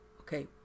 Okay